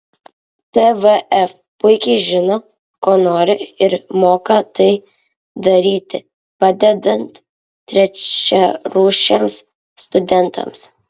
tvf puikiai žino ko nori ir moka tai daryti padedant trečiarūšiams studentams